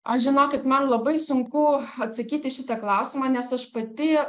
o žinokit man labai sunku atsakyti į šitą klausimą nes aš pati